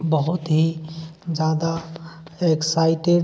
बहुत ही ज़्यादा एक्साइटेड